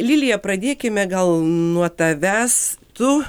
lilija pradėkime gal nuo tavęs tu